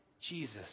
Jesus